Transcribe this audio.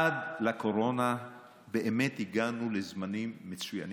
עד לקורונה באמת הגענו לזמנים מצוינים.